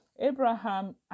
Abraham